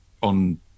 on